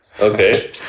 Okay